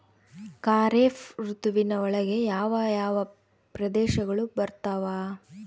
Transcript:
ಖಾರೇಫ್ ಋತುವಿನ ಒಳಗೆ ಯಾವ ಯಾವ ಪ್ರದೇಶಗಳು ಬರ್ತಾವ?